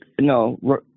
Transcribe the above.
no